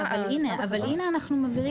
אבל הנה אנחנו מבהירים.